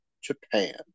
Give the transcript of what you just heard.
Japan